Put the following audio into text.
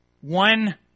one